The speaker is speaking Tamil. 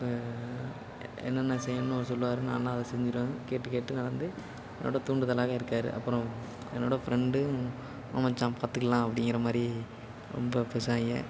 என்னென்ன செய்யணும் சொல்வாரு நானும் அதை செஞ்சிடுவேன் கேட்டு கேட்டு நடந்து என்னோடய தூண்டுதலாக இருக்காரு அப்புறோம் என்னோடய ஃப்ரெண்டு வா மச்சான் பார்த்துக்குலாம் அப்படிங்குற மாதிரி ரொம்ப பேசுவாங்க